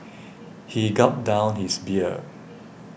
he gulped down his beer